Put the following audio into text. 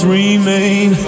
remain